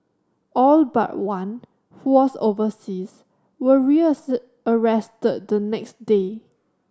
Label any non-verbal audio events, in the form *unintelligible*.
all but one who was overseas were *unintelligible* the next day